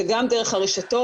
זה גם דרך הרשתות,